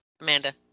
Amanda